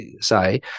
say